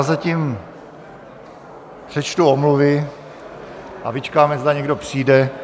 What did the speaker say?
Zatím přečtu omluvy a vyčkáme, zda někdo přijde.